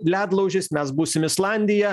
ledlaužis mes būsim islandija